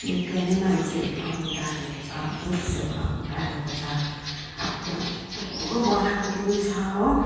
निकै नै मान्छेहरू आउनु थालेको छ टुरिस्टहरू आउन थालेको छ अब त्यहाँ थुप्रो बनाएको पनि छ हो